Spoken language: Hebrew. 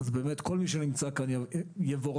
באמת כל מי שנמצא כאן יבורך.